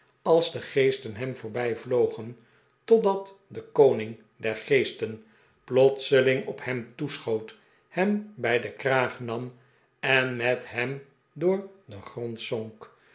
als de geesten hem voorbij vlogen totdat de koning der geesten plotseling op hem toeschoot hem bij den kraag nam en met hem door den grond zonk